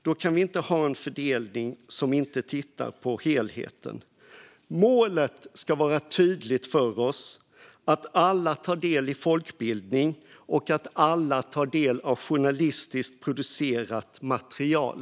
Då kan vi inte ha en fördelning som inte tittar på helheten. Målet ska vara tydligt för oss - att alla ska ta del av folkbildning och att alla ska ta del av journalistiskt producerat material.